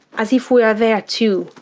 as if we are there, too,